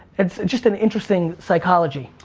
it's just an interesting psychology.